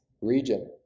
region